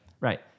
Right